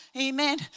Amen